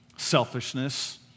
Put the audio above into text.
selfishness